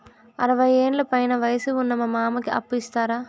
అరవయ్యేండ్ల పైన వయసు ఉన్న మా మామకి అప్పు ఇస్తారా